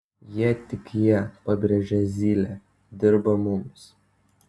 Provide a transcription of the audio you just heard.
jie tik jie pabrėžė zylė dirba mums